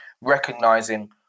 recognizing